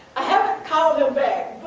i haven't called him back,